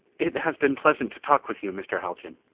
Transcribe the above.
it has been pleasant to talk with you, mr. haljan.